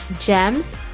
GEMS